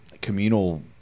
communal